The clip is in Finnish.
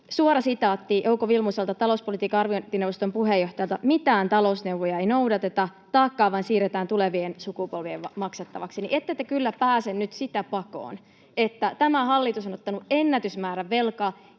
suora sitaatti Jouko Vilmuselta, talouspolitiikan arviointineuvoston puheenjohtajalta: ”Mitään talousneuvoja ei noudateta. Taakkaa vain siirretään tulevien sukupolvien maksettavaksi.” Niin ette te kyllä pääse nyt sitä pakoon, että tämä hallitus on ottanut ennätysmäärän velkaa